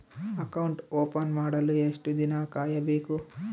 Account open ಮಾಡಲು ಎಷ್ಟು ದಿನ ಕಾಯಬೇಕು?